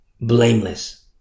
blameless